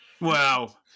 Wow